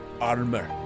armor